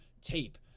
tape